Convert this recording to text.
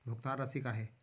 भुगतान राशि का हे?